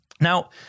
Now